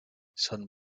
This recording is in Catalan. son